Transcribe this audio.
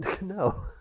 No